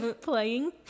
playing